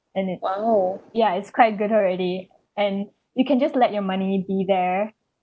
and it's ya it's quite good already and you can just let your money be there